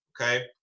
Okay